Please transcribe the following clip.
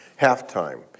Halftime